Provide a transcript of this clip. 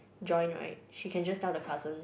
join right she can just tell the cousin